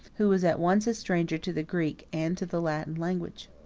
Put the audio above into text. who was at once a stranger to the greek and to the latin language.